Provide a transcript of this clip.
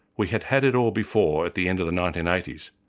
we had had it all before at the end of the nineteen eighty s,